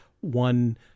one